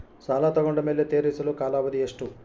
ಸಾಲ ತಗೊಂಡು ಮೇಲೆ ತೇರಿಸಲು ಕಾಲಾವಧಿ ಎಷ್ಟು?